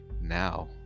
Now